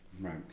Right